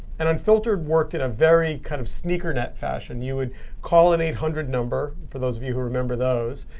and unfiltered worked in a very kind of sneakernet fashion. you would call an eight hundred number, for those of you who remember those.